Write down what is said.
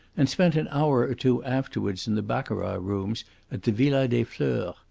and spent an hour or two afterwards in the baccarat-rooms at the villa des fleurs.